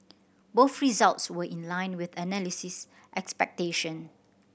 both results were in line with analyst expectation